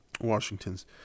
Washington's